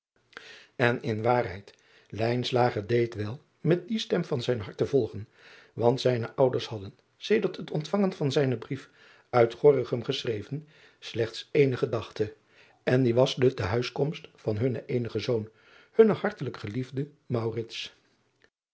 n in waarheid deed wel met die stem van zijn hart te volgen want zijne ouders hadden sedert het ontvangen van zijnen brief uit ornichem geschreven slechts ééne gedachte en die was de te huis komst van hunnen eenigen zoon hunnen hartelijk geliefden